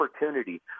opportunity